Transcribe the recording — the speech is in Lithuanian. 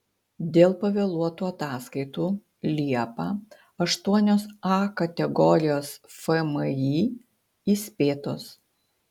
dėl pavėluotų ataskaitų liepą aštuonios a kategorijos fmį įspėtos